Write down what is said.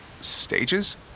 Stages